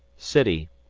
city,